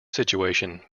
situation